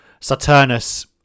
saturnus